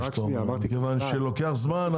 מכיוון שלוקח זמן,